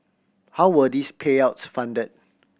how were these payouts funded